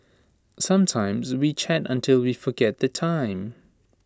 sometimes we chat until we forget the time